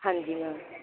ਹਾਂਜੀ ਮੈਮ